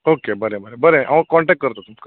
okay बरें बरें हांव कोंटेक्ट करता तुमकां